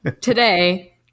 today